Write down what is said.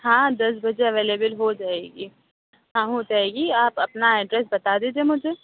ہاں دس بجے اویلیبل ہو جائے گی ہاں ہو جائے گی آپ اپنا ایڈریس بتا دیجیے مجھے